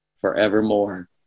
forevermore